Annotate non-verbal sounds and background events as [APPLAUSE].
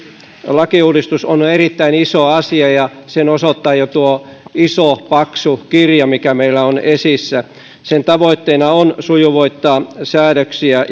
lakiuudistus on on erittäin iso asia ja sen osoittaa jo tuo iso paksu kirja mikä meillä on esissä sen tavoitteena on sujuvoittaa säädöksiä [UNINTELLIGIBLE]